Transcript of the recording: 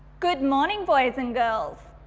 good morning boys and girls.